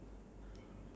ya